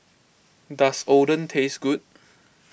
does Oden taste good